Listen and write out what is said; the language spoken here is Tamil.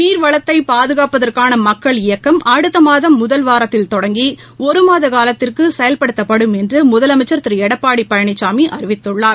நீர்வளத்தைபாதுகாப்பதற்கானமக்கள் இயக்கம் அடுத்தமாதம் முதல் வாரத்தில் தொடங்கிஒருமாதகாலத்திற்குசெயல்படுத்தப்படும் என்றுமுதலமைச்சர் திருஎடப்பாடிபழனிசாமிஅறிவித்துள்ளார்